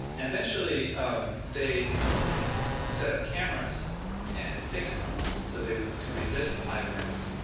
eventually um they set up cameras and fixed them so they could resist the high winds.